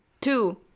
Two